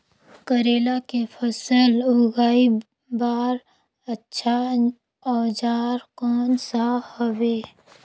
करेला के फसल उगाई बार अच्छा औजार कोन सा हवे?